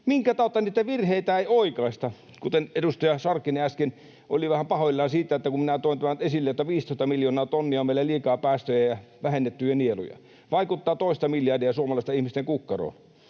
minkä tautta niitä virheitä ei oikaista? Edustaja Sarkkinen äsken oli vähän pahoillaan siitä, kun minä toin tämän esille, että 15 miljoonaa tonnia on meillä liikaa päästöjä ja vähennettyjä nieluja. Vaikuttaa toista miljardia suomalaisten ihmisten kukkaroon.